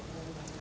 Hvala.